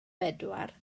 bedwar